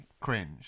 cringe